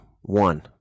one